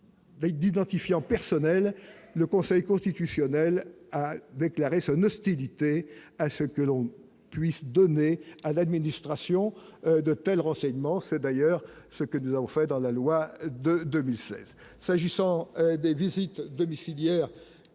identifiant personnel, le Conseil constitutionnel a déclaré : Ce ne stupidité à ce que l'on puisse donner à la. Une distraction de tels renseignements, c'est d'ailleurs ce que nous avons fait dans la loi de 2016, s'agissant des visites domiciliaires